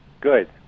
Good